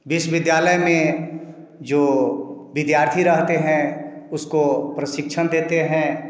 विश्वविद्यालय में जो विद्यार्थी रहते हैं उसको प्रशिक्षण देते हैं